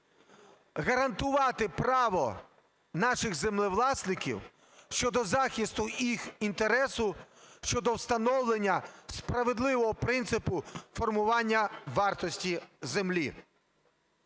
гарантувати право наших землевласників щодо захисту їхніх інтересів щодо встановлення справедливого принципу формування вартості землі.